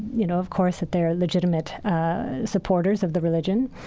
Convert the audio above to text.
you know, of course, that there are legitimate supporters of the religion.